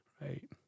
right